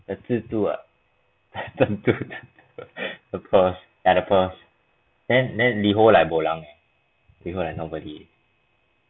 the 蜘蛛 ah 珍珠 the pearls ya the pearls then then liho like bo lang liho like nobody